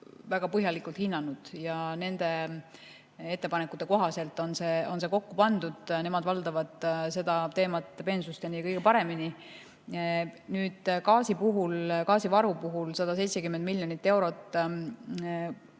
väga põhjalikult hinnanud ja nende ettepanekute kohaselt on see [kava] kokku pandud. Nemad valdavad seda teemat peensusteni ja kõige paremini. Nüüd, gaasivaru puhul 170 miljonit eurot